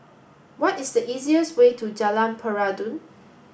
what is the easiest way to Jalan Peradun